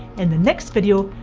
and the next video,